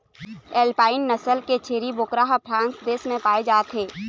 alpine नसल के छेरी बोकरा ह फ्रांस देश म पाए जाथे